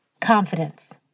Confidence